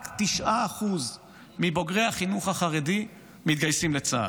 רק 9% מבוגרי החינוך החרדי מתגייסים לצה"ל.